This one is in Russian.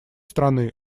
стороны